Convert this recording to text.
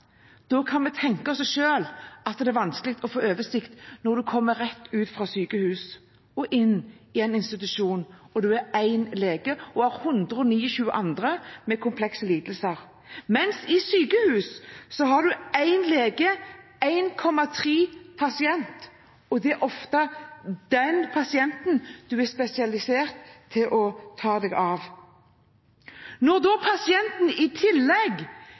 kan vi tenke oss selv at det er vanskelig å få oversikt når noen kommer rett ut fra sykehus og inn i en institusjon, og det er én lege som har 129 andre pasienter med komplekse lidelser. Mens i sykehus har man én lege per 1,3 pasient, og det er ofte de pasientene man er spesialisert til å ta seg av. Når da pasientene nå i tillegg